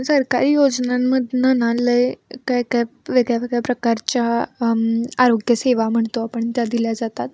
सरकारी योजनांमधून ना लय काय काय वेगळ्या वेगळ्या प्रकारच्या आरोग्यसेवा म्हणतो आपण त्या दिल्या जातात